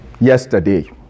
yesterday